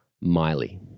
Miley